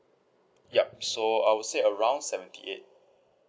yup so I would say around seventy eight